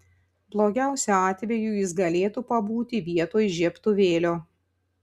blogiausiu atveju jis galėtų pabūti vietoj žiebtuvėlio